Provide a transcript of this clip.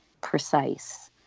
precise